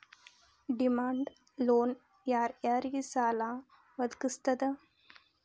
Demand loan ಯಾರ್ ಯಾರಿಗ್ ಸಾಲಾ ವದ್ಗಸ್ತದ?